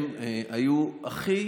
הם היו הכי